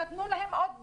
נתנו להם עוד דוח.